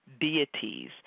deities